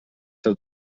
seu